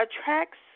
attracts